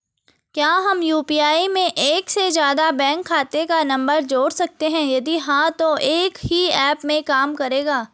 क्या हम यु.पी.आई में एक से ज़्यादा बैंक खाते का नम्बर जोड़ सकते हैं यदि हाँ तो एक ही ऐप में काम करेगा?